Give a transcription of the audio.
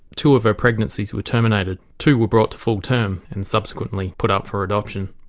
two of her pregnancies were terminated two were brought to full term and subsequently put up for adoption.